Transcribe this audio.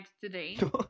today